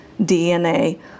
DNA